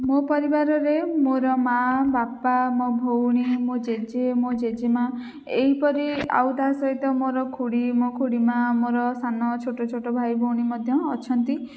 ମୋ ପରିବାରରେ ମୋର ମା ବାପା ମୋ ଭଉଣୀ ମୋ ଜେଜେ ମୋ ଜେଜେମା ଏହିପରି ଆଉ ତାସହିତ ମୋର ଖୁଡ଼ି ମୋ ଖୁଡ଼ିମା ମୋର ସାନ ଛୋଟ ଛୋଟ ଭାଇ ଭଉଣୀ ମଧ୍ୟ ଅଛନ୍ତି